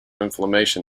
inflammation